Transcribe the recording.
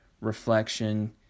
reflection